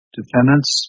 defendants